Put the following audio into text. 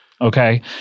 okay